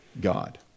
God